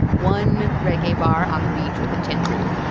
one reggae bar on the beach with a tin roof.